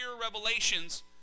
revelations